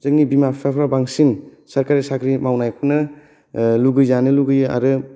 जोंनि बिमा बिफाफ्रा बांसिन सरकारि साख्रि मावनायखौनो लुबैजानो लुबैयो आरो